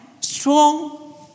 strong